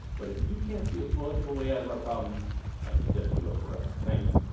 but if you can't see a plausible way out of our problems i suggest you vote for us, thank you.